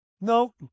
No